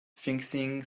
fixing